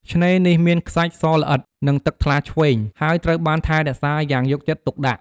ឆ្នេនេះ មានខ្សាច់សល្អិត និងទឹកថ្លាឈ្វេង ហើយត្រូវបានថែរក្សាយ៉ាងយកចិត្តទុកដាក់។